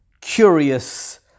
curious